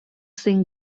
zein